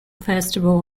festival